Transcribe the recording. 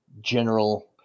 general